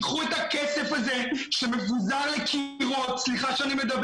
קחו את הכסף הזה שמבוזבז סליחה שאני אומר